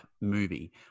movie